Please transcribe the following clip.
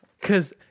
cause